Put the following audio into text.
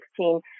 2016